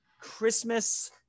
Christmas